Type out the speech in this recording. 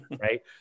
Right